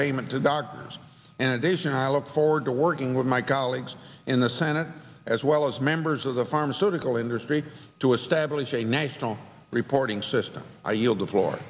payment to doctors and patients i look forward to working with my colleagues in the senate as well as members of the pharmaceutical industry to establish a national reporting system i yield the floor